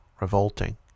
Revolting